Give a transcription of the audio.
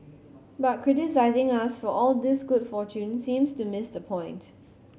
but criticising us for all this good fortune seems to miss the point